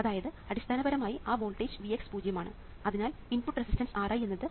അതായത് അടിസ്ഥാനപരമായി ആ വോൾട്ടേജ് Vx പൂജ്യമാണ് അതിനാൽ ഇൻപുട്ട് റെസിസ്റ്റൻസ് Ri എന്നത് Vx ITEST ആണ് അത് പൂജ്യമാണ്